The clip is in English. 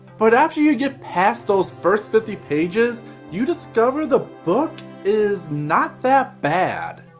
but after you get pass those first fifty pages you discover the book is not that bad.